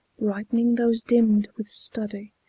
brightening those dimmed with study,